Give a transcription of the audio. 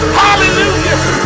hallelujah